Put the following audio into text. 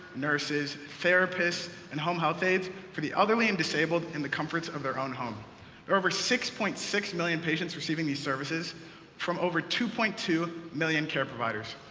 nurses, therapists, and home-health aides for the elderly and disabled in the comforts of their own home. there are over six point six million patients receiving these services from over two point two million care providers.